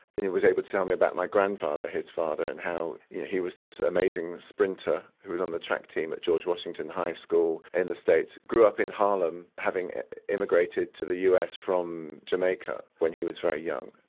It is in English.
and he was able to tell me about my grandfather, his father, and how yeah he was this amazing sprinter who was on the track team at george washington high school in and the states grew up in harlem having emigrated to the us from jamaica when he was very young.